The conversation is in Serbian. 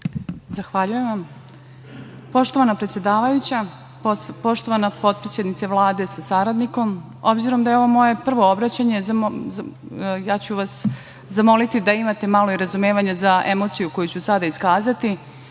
Zahvaljujem. Poštovana predsedavajuća, poštovana potpredsednice Vlade sa saradnikom, obzirom da je ovo moje prvo obraćanje, ja ću vas zamoliti da imate malo i razumevanja za emociju koju ću sada iskazati. Naime,